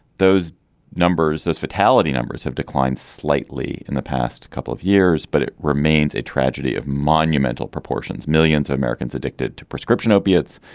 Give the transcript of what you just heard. those numbers those fatality numbers have declined slightly in the past couple of years but it remains a tragedy of monumental proportions. millions of americans addicted to prescription opiates.